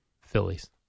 Phillies